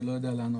אני לא יודע לענות,